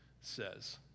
says